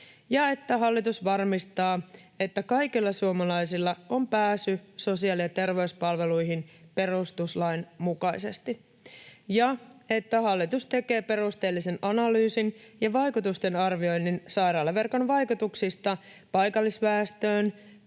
ja että hallitus varmistaa, että kaikilla suomalaisilla on pääsy sosiaali- ja terveyspalveluihin perustuslain mukaisesti, ja että hallitus tekee perusteellisen analyysin ja vaikutusten arvioinnin sairaalaverkon vaikutuksista paikallisväestöön,